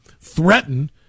threaten